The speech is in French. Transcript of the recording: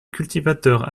cultivateurs